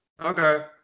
Okay